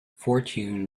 fortune